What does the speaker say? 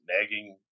nagging